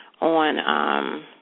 on